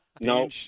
No